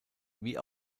wie